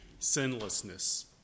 sinlessness